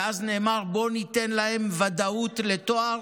ואז נאמר: בואו ניתן להם ודאות לתואר,